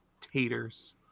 taters